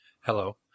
Hello